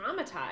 traumatized